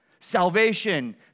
salvation